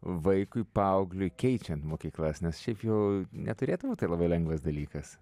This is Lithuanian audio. vaikui paaugliui keičiant mokyklas nes šiaip jau neturėtų būt tai labai lengvas dalykas